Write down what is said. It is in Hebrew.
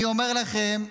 אני אומר לכם,